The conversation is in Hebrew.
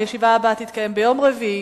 הישיבה הבאה תתקיים ביום רביעי,